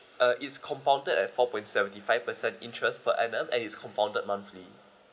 uh it's compounded at four points seventy five percent interest per annum and it's compounded monthly